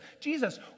Jesus